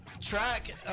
Track